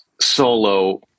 solo